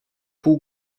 pół